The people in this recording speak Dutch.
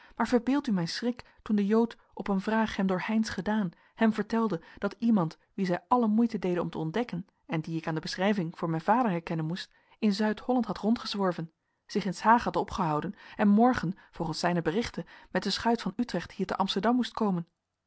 maar verbeeld u mijn schrik toen de jood op een vraag hem door heynsz gedaan hem vertelde dat iemand wien zij alle moeite deden om te ontdekken en dien ik aan de beschrijving voor mijn vader herkennen moest in zuid-holland had rondgezworven zich in s hage had opgehouden en morgen volgens zijne berichten met de schuit van utrecht hier te amsterdam moest komen